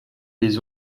les